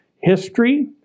history